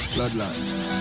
Bloodline